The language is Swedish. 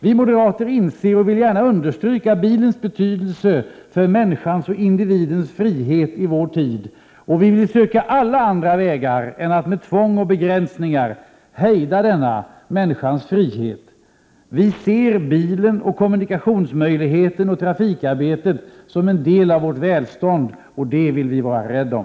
Vi moderater inser det och vill gärna understryka bilens betydelse för människans och individens frihet i vår tid, och vi vill söka alla andra vägar än att med tvång och begränsningar hejda denna människans frihet. Vi ser bilen, kommunikationsmöjligheten och trafikarbetet som en del av vårt välstånd, och det vill vi vara rädda om.